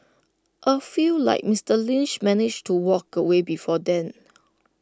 A few like Mister Lynch manage to walk away before then